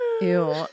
ew